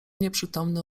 nieprzytomny